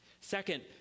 Second